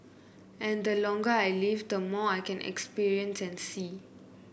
and the longer I live the more I can experience and see